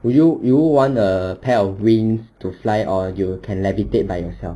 would you would you want a pair of wings to fly or you can levitate by yourself